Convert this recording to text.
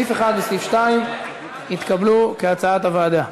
סעיף 1 וסעיף 2 התקבלו כהצעת הוועדה.